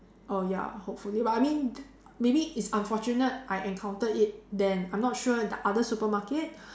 oh ya hopefully but I mean maybe it's unfortunate I encountered it then I'm not sure the other supermarket